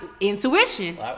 Intuition